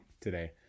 today